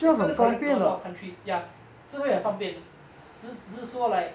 it's going to connect one of countries ya 真的很方便只只是说 like